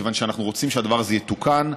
כיוון שאנחנו רוצים שהדבר הזה יתוקן,